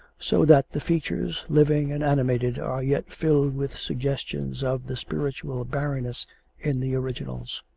so that the features, living and animated, are yet filled with suggestions of the spiritual barrenness in the originals.